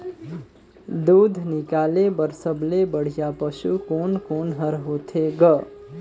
दूध निकाले बर सबले बढ़िया पशु कोन कोन हर होथे ग?